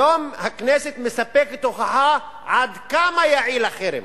היום הכנסת מספקת הוכחה עד כמה יעיל החרם,